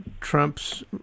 Trump's